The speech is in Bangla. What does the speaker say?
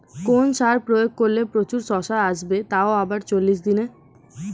কোন সার প্রয়োগ করলে প্রচুর শশা আসবে তাও আবার চল্লিশ দিনে?